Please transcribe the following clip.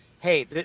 Hey